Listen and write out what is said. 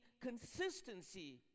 consistency